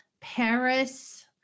Paris